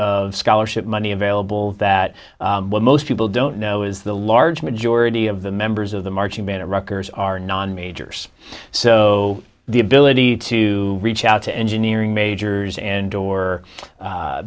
of scholarship money available that most people don't know is the large majority of the members of the marching band rockers are non majors so the ability to to reach out to engineering majors and or